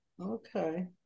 Okay